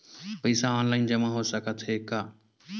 पईसा ऑनलाइन जमा हो साकत हे का?